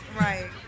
Right